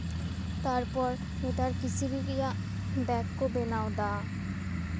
ᱛᱟᱨᱯᱚᱨ ᱱᱮᱛᱟᱨ ᱠᱤᱪᱨᱤᱡ ᱨᱮᱭᱟᱜ ᱵᱮᱜᱽ ᱠᱚ ᱵᱮᱱᱟᱣᱫᱟ